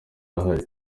ahari